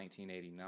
1989